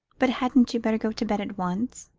but hadn't you better go to bed at once?